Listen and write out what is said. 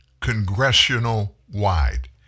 congressional-wide